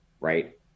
right